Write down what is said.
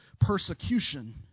persecution